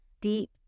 deep